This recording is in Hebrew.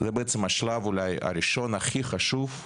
זה בעצם השלב, אולי, הראשון הכי חשוב.